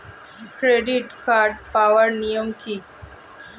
Credit card পাওয়ার নিয়ম কী?